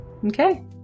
Okay